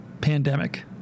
pandemic